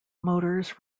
motors